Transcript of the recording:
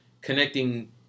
connecting